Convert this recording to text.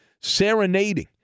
serenading